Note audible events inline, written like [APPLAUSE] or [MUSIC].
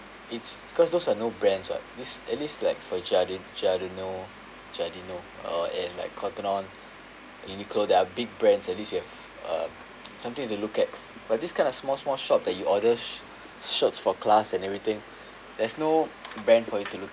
it's because those are no brands [what] this at least like for giardi~ giardono giardino uh and like Cotton On Uniqlo that are big brands at least you have uh something to look at but this kind of small small shop that you order shirts for class and everything there's no [NOISE] brand for you to look